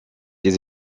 des